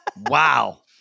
wow